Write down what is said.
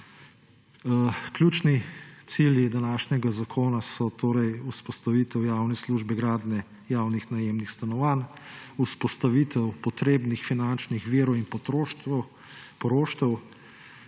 Ključni cilji današnjega zakona so torej vzpostavitev javne službe, gradnje javnih najemnih stanovanj, vzpostavitev potrebnih finančnih virov in poroštev, govorimo